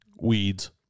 weeds